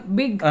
big